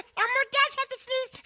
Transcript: elmo does have to sneeze.